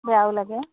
বেয়াও লাগে